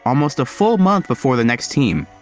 almost a full month before the next team.